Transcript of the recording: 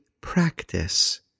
practice